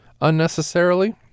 unnecessarily